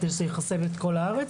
כדי לכסות את כל הארץ,